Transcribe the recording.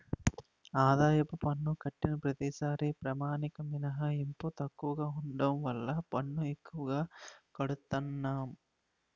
ఆదాయపు పన్ను కట్టిన ప్రతిసారీ ప్రామాణిక మినహాయింపు తక్కువగా ఉండడం వల్ల పన్ను ఎక్కువగా కడతన్నాము